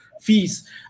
fees